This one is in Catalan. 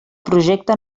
projecte